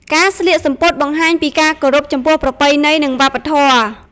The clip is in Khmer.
ការស្លៀកសំពត់បង្ហាញពីការគោរពចំពោះប្រពៃណីនិងវប្បធម៌។